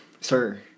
Sir